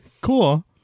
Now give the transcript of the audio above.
cool